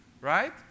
Right